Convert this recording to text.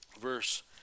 verse